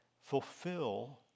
fulfill